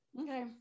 Okay